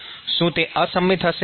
શું તે અસંમિત હશે